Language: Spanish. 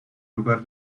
lugar